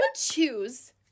choose